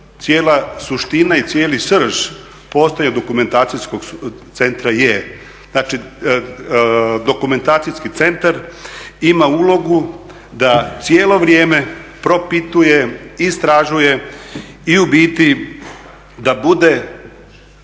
cijela suština i cijeli srž postojanja Dokumentacijskog centra je, znači Dokumentacijski centar ima ulogu da cijelo vrijeme istražuje i u biti da bude